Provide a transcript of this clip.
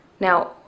Now